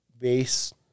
base